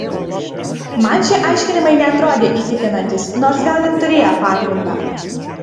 man šie aiškinimai neatrodė įtikinantys nors gal ir turėjo pagrindą